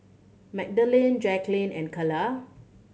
Magdalene Jaclyn and Kala